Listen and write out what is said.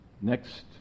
Next